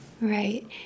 Right